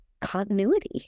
continuity